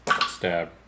stab